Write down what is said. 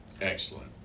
Excellent